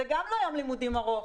זה גם לא יום לימודים ארוך.